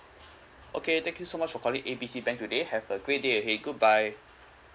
okay thank you so much for calling A B C bank today have a great day ahead goodbye